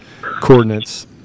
coordinates